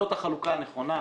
זאת החלוקה הנכונה,